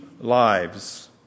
lives